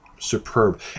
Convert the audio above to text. Superb